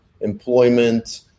employment